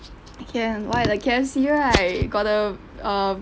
can why the K_F_C right got the err